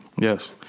Yes